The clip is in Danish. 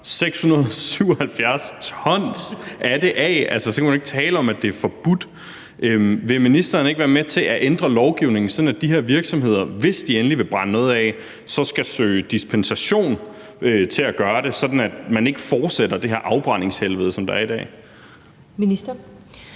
677 t af det af. Så kan man jo ikke tale om, at det er forbudt. Vil ministeren ikke være med til at ændre lovgivningen, sådan at de her virksomheder, hvis de endelig vil brænde noget af, så skal søge dispensation til at gøre det, sådan at man ikke fortsætter det her afbrændingshelvede, der er i dag? Kl.